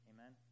Amen